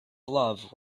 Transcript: love